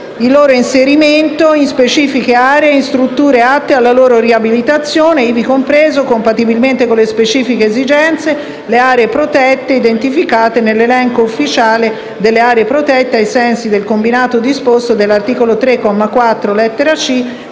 «il loro inserimento in specifiche aree e in strutture atte alla loro riabilitazione, ivi comprese, compatibilmente con le specifiche esigenze, le aree protette identificate nell'elenco ufficiale delle aree protette, ai sensi del combinato disposto dell'articolo 3, comma 4,